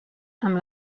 amb